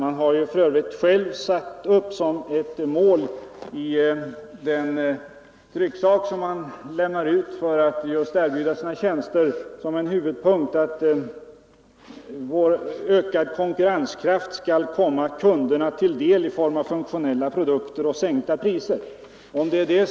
Allmänna förlaget Om offentlig har för övrigt enligt den trycksak som förlaget delar ut och där det erbjuder = registrering av sina tjänster självt satt upp som ett huvudmål att dess ökade konkur = statsråds och högre renskraft skall komma kunderna till del i form av funktionella produkter — departementstjänoch sänkta priser.